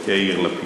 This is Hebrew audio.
יאיר לפיד.